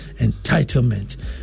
entitlement